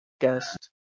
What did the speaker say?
guest